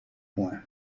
point